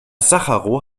sacharow